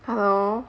hello